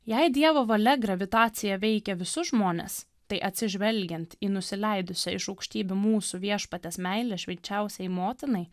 jei dievo valia gravitacija veikia visus žmones tai atsižvelgiant į nusileidusią iš aukštybių mūsų viešpaties meilę švenčiausiajai motinai